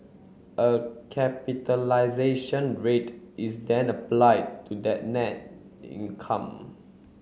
a capitalisation rate is then applied to that net income